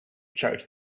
charge